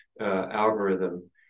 algorithm